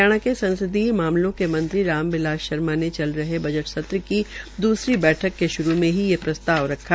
हरियाणा के संसदीय मामलों के मंत्री श्री राम बिलास शर्मा ने चल रहे बजट सत्र की द्सरी बैठक के शुरू मे ही प्रस्ताव रखा